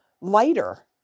lighter